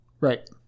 right